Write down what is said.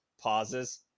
pauses